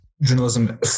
journalism